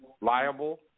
liable